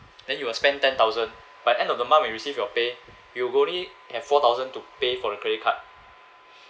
then you will spend ten thousand by end of the month when you receive your pay you will only have four thousand to pay for the credit card